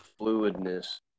fluidness